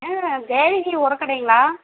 ஏங்க தேவகி ஒரக்கடைங்களா